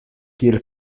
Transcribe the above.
kiel